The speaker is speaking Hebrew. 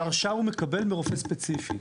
את ההרשאה הוא מקבל מרופא ספציפי.